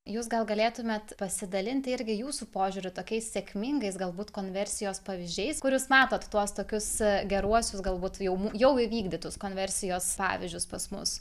jūs gal galėtumėt pasidalinti irgi jūsų požiūriu tokiais sėkmingais galbūt konversijos pavyzdžiais kur jūs matot tuos tokius geruosius galbūt jau jau įvykdytus konversijos pavyzdžius pas mus